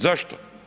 Zašto?